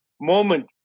moment